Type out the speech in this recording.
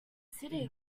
city